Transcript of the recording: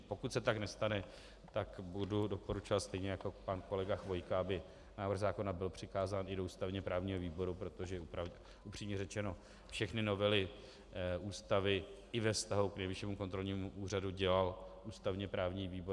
Pokud se tak nestane, tak budu doporučovat stejně jako pan kolega Chvojka, aby návrh zákona byl přikázán i do ústavněprávního výboru, protože upřímně řečeno všechny novely Ústavy i ve vztahu k Nejvyššímu kontrolnímu úřadu dělal ústavněprávní výbor.